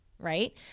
right